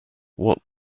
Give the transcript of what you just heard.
what